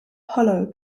hollow